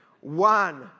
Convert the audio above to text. One